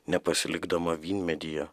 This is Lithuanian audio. nepasilikdama vynmedyje